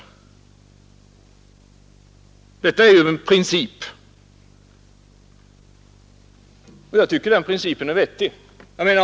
Detta är en princip som är vettig.